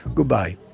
goodbye,